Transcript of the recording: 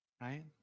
Right